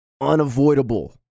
unavoidable